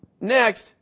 Next